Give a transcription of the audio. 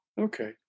Okay